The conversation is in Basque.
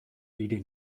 hiri